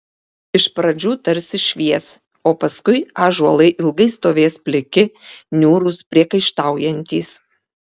iš pradžių tarsi švies o paskui ąžuolai ilgai stovės pliki niūrūs priekaištaujantys